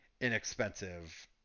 inexpensive